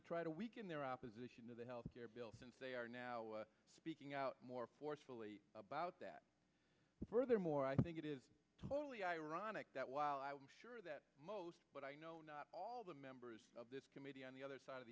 to try to weaken their opposition to the health care bill since they are now speaking out more forcefully about that furthermore i think it is ironic that while i'm sure that most but i know not all the members of this committee on the other